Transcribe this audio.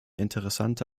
interessante